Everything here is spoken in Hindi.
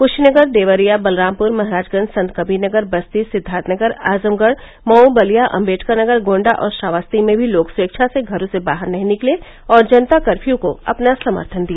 क्शीनगर देवरिया बलरामपुर महराजगंज संतकवीरनगर बस्ती सिद्वार्थनगर आजमगढ़ मऊ बलिया अम्बेडकरनगर गोण्डा और श्रावस्ती में भी लोग स्वेच्छा से घरों से बाहर नहीं निकले और जनता कर्फ्यू को अपना समर्थन दिया